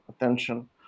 attention